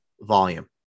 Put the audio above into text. Volume